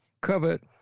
covered